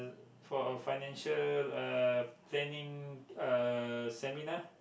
for a financial uh planing uh seminar